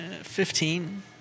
Fifteen